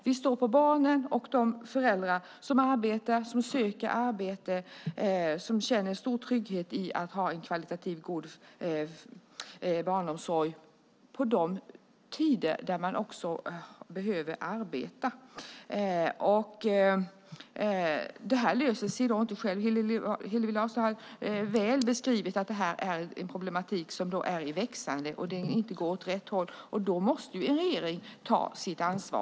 Vi står på barnens sida och på de föräldrars sida som känner en stor trygghet i att ha en kvalitativt god barnomsorg på tider då man behöver arbeta. Det här löser sig inte av sig självt. Hillevi Larsson beskrev väl att det är en problematik som är växande och att det inte går åt rätt håll. Då måste en regering ta sitt ansvar.